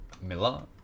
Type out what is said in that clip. Miller